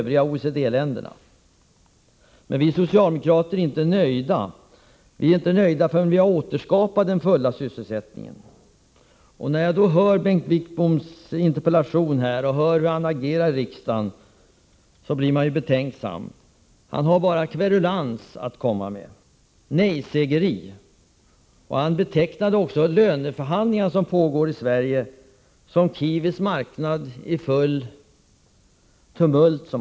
Vi socialdemokrater är emellertid inte nöjda förrän vi har återskapat den fulla sysselsättningen. När man då läser Bengt Wittboms interpellation och ser hur han agerar i riksdagen blir man betänksam. Han har bara kverulans och nej-sägeri att komma med. Han betecknade också de löneförhandlingar som pågår i Sverige som ”Kiviks marknad i fullt tumult”.